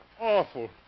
Awful